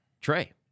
Trey